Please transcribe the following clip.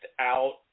out